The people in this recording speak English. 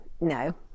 No